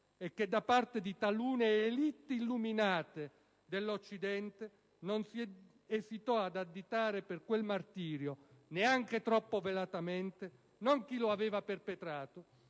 E che da parte di talune "*élite* illuminate" dell'Occidente non si esitò ad additare per quel martirio, neanche troppo velatamente, non chi lo aveva perpetrato,